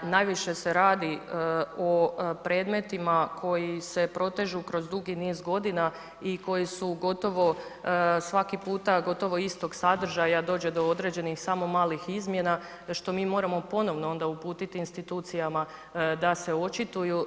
Najviše se radi o predmetima koji se protežu kroz dugi niz godina i koji su gotovo svaki puta gotovo istog sadržaja, dođe do određenih samo malih izmjena što mi moramo ponovno uputiti institucijama da se očituju.